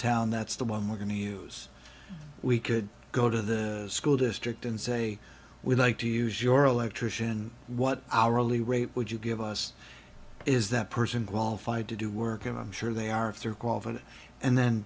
town that's the one we're going to use we could go to the school district and say we'd like to use your electrician what hourly rate would you give us is that person qualified to do work and i'm sure they are if they're qualified and then